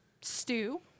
stew